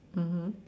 mmhmm